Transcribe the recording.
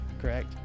Correct